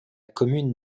commune